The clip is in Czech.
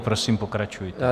Prosím, pokračujte.